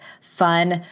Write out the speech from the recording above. fun